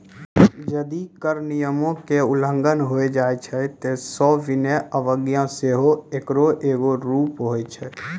जदि कर नियमो के उल्लंघन होय छै त सविनय अवज्ञा सेहो एकरो एगो रूप होय छै